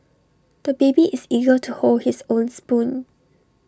the baby is eager to hold his own spoon